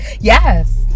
Yes